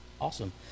awesome